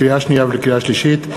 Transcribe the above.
לקריאה שנייה ולקריאה שלישית,